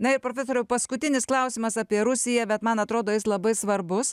na ir profesoriau paskutinis klausimas apie rusiją bet man atrodo jis labai svarbus